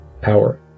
power